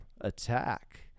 attack